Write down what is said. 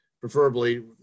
preferably